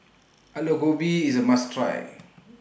Aloo Gobi IS A must Try